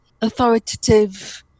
authoritative